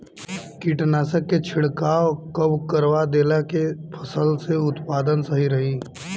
कीटनाशक के छिड़काव कब करवा देला से फसल के उत्पादन सही रही?